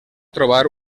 trobar